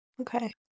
okay